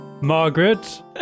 Margaret